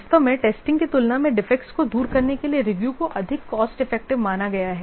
वास्तव में टेस्टिंग की तुलना में डिफेक्टस को दूर करने के लिए रिव्यू को अधिक कॉस्ट इफेक्टिव माना गया है